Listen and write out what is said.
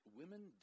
women